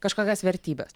kažkokias vertybes